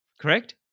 correct